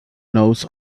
knows